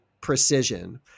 precision